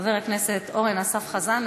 חבר הכנסת אורן אסף חזן.